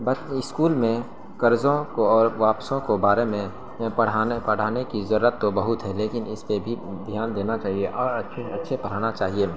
بت school میں قرضوں اور واپسوں کو بارے میں پڑھانے پڑھانے کی ضرورت تو بہت ہی لیکن اس پہ بھی دھیان دینا چاہیے اور اچھے پڑھانا چاہیے